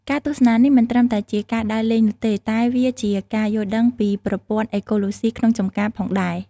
ការទស្សនានេះមិនត្រឹមតែជាការដើរលេងនោះទេ តែវាជាការយល់ដឹងពីប្រព័ន្ធអេកូឡូស៊ីក្នុងចម្ការផងដែរ។